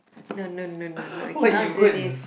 no no no no no you cannot do this